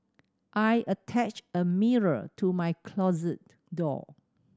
I attached a mirror to my closet door